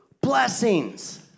blessings